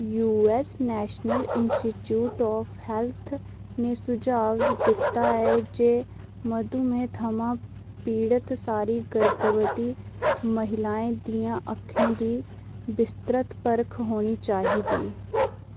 US National Institute of Health ने सुझाऽ दित्ता ऐ जे मधुमेह् थमां पीड़त सारी गर्भवती महिलाएं दियें अक्खें दी बिस्तृत परख होनी चाहिदी